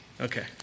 Okay